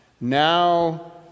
Now